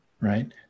right